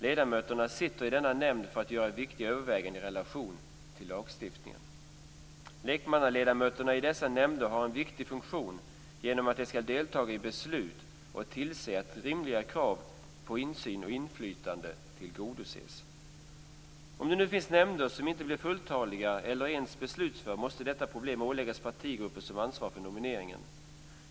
Ledamöterna sitter i denna nämnd för att göra viktiga överväganden i relation till lagstiftningen. Lekmannaledamöterna i dessa nämnder har en viktig funktion genom att de ska delta i beslut och tillse att rimliga krav på insyn och inflytande tillgodoses. Om det nu finns nämnder som inte blir fulltaliga eller inte ens beslutföra, måste detta problem åläggas partigrupper som ansvarar för nomineringen.